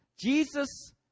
Jesus